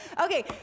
Okay